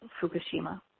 Fukushima